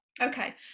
Okay